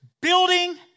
Building